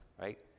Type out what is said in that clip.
right